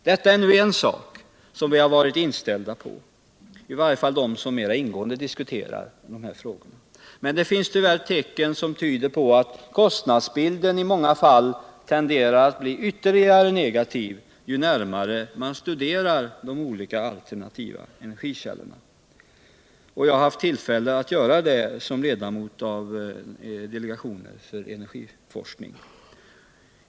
Detta är nu ex sak som vi varit inställda på, i varje fall de som mera ingående diskuterar de här frågorna. Men det finns tyvärr tecken som tyder på att ju närmare man studerar de olika alternativa energikällorna, desto klarare framträder det att kostnadsbilden i många fall tenderar att bli ytterligare negativ. Jag har haft tillfälle att konstatera det som ledamot av delegationen för energiforskning.